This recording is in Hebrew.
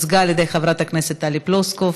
עברה בקריאה ראשונה וחוזרת לוועדת החינוך,